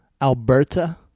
Alberta